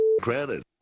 Credit